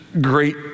great